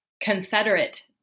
confederate